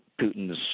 Putin's